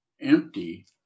empty